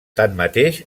tanmateix